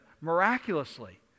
miraculously